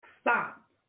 Stop